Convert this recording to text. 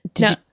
no